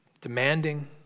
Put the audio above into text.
demanding